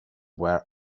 where